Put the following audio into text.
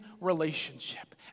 relationship